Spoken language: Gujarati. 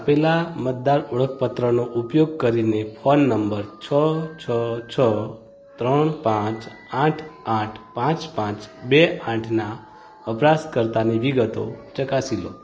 આપેલા મતદાર ઓળખપત્રનો ઉપયોગ કરીને ફોન નંબર છ છ છ ત્રણ પાંચ આઠ આઠ પાંચ પાંચ બે આઠના વપરાશકર્તાની વિગતો ચકાસી લો